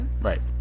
right